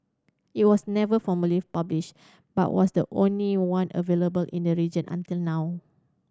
it was never formally published but was the only one available in the region until now